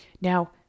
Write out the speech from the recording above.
Now